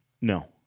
No